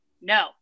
no